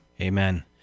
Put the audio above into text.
amen